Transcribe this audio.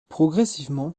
progressivement